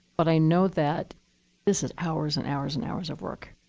but i know that this is hours and hours and hours of work.